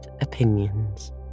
Opinions